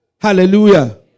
Hallelujah